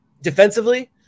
Defensively